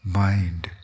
mind